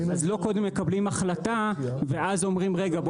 אז לא קודם מקבלים החלטה ואז אומרים רגע,